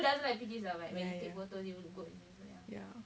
ya ya ya